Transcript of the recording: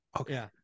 Okay